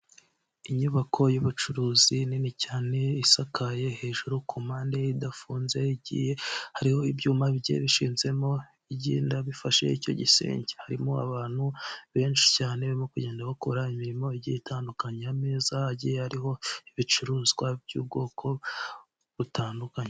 Inyubako y'ubucuruzi nini cyane isakaye hejuru kumpande idafunze igiye hariho ibyuma bigiye bishinzemo bigenda bifashe icyo gisenge harimo abantu benshi cyane barimo kugenda bakora imirimo igiye itandukanya ameza agiye ariho ibicuruzwa by'ubwoko butandukanye.